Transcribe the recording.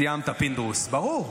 סיימת, פינדרוס, ברור.